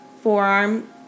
forearm